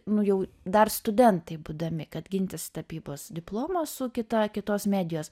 nu jau dar studentai būdami kad gintis tapybos diplomą su kita kitos medijos